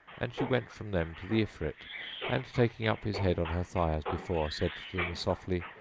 and she went from them to the ifrit and, taking up his head on her thigh as before, said to them softly,